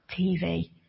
TV